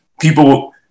people